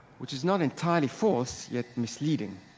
which is not entirely false yet misleading.